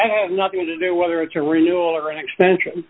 be nothing to do whether it's a renewal or an extension